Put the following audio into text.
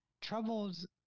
troubles